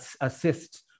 assist